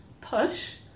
push